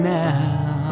now